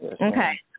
Okay